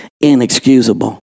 inexcusable